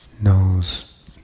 knows